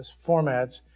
formats.